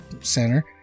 Center